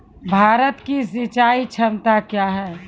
भारत की सिंचाई क्षमता क्या हैं?